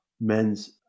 men's